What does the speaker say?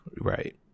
Right